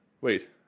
wait